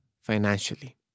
financially